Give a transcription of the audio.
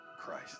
Christ